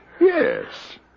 yes